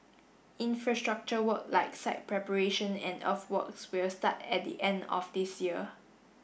infrastructure work like site preparation and earthworks will start at the end of this year